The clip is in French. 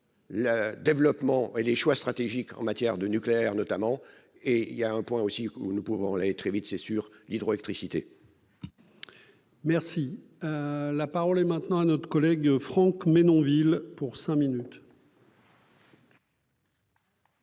le développement et les choix stratégiques en matière de nucléaire notamment et il y a un point aussi où nous pouvons la et très vite, c'est sur l'hydroélectricité. Merci, la parole est maintenant à notre collègue Franck Menonville pour cinq minutes.